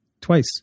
twice